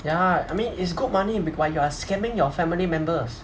ya I mean it's good money be~ while you are scamming your family members